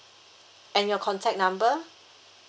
and your contact number